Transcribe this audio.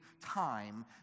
time